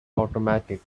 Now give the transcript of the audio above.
automatic